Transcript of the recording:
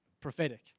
prophetic